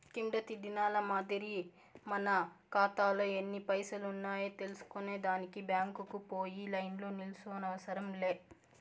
కిందటి దినాల మాదిరి మన కాతాలో ఎన్ని పైసలున్నాయో తెల్సుకునే దానికి బ్యాంకుకు పోయి లైన్లో నిల్సోనవసరం లే